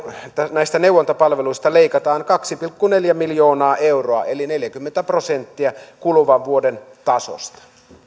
näistä neuvontapalveluista leikataan kaksi pilkku neljä miljoonaa euroa eli neljäkymmentä prosenttia kuluvan vuoden tasosta